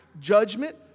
judgment